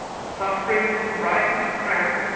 suffering from writer's cramp,